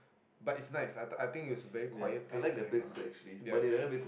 but it's nice I I I think it's a very quiet place to hang out ya it's a